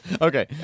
Okay